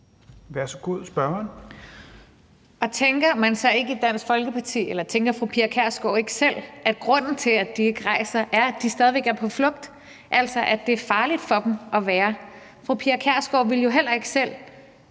Værsgo til spørgeren. Kl. 17:17 Rosa Lund (EL): Tænker fru Pia Kjærsgaard ikke selv, at grunden til, at de ikke rejser, er, at de stadig væk er på flugt, altså at det er farligt for dem at være i hjemlandet? Fru Pia Kjærsgaard ville jo heller ikke selv